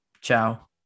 Ciao